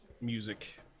music